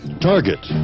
Target